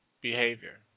behavior